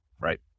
Right